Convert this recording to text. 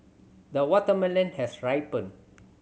the watermelon has ripened